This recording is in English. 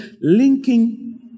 linking